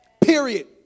period